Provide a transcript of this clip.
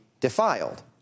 defiled